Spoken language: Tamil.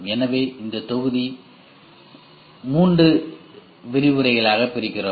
எனவே இந்த தொகுதி இந்த மூன்று விரிவுரைகளாக பிரிக்கிறோம்